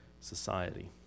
society